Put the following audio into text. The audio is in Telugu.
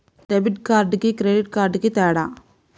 డెబిట్ కార్డుకి క్రెడిట్ కార్డుకి తేడా?